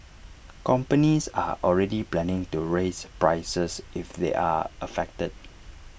companies are already planning to raise prices if they are affected